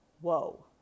Whoa